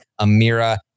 Amira